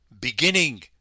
beginning